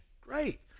Great